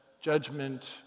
Judgment